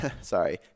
sorry